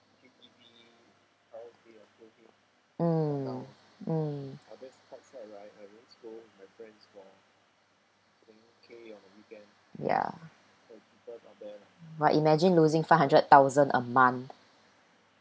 mm mm ya right imagine losing five hundred thousand a month